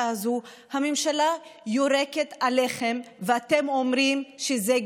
הזאת: הממשלה יורקת עליכם ואתם אומרים שזה גשם.